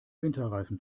winterreifen